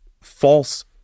false